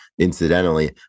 incidentally